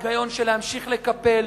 היגיון של להמשיך לקפל.